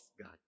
God